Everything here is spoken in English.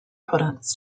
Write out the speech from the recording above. products